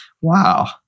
Wow